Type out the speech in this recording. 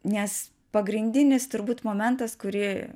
nes pagrindinis turbūt momentas kurį